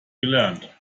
gelernt